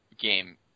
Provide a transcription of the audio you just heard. game